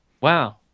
Wow